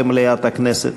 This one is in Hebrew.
במליאת הכנסת.